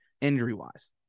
injury-wise